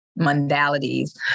modalities